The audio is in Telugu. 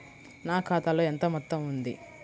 నా ఖాతాలో ఎంత మొత్తం ఉంది?